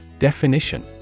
Definition